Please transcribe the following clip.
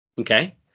okay